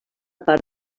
part